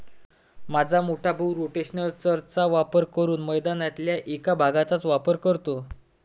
माझा मोठा भाऊ रोटेशनल चर चा वापर करून मैदानातल्या एक भागचाच वापर करतो